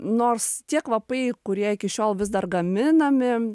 nors tie kvapai kurie iki šiol vis dar gaminami